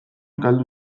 galdu